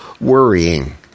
worrying